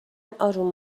آروم